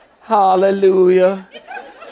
Hallelujah